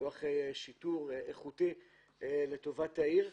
כוח שיטור איכותי לטובת העיר.